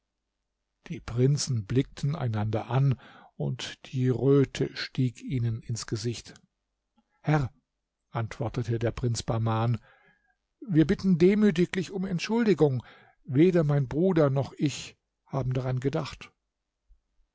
die prinzen blickten einander an und die röte stieg ihnen ins gesicht herr antwortete der prinz bahman wir bitten demütiglich um entschuldigung weder mein bruder noch ich haben daran gedacht